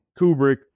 Kubrick